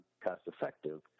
cost-effective